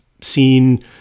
seen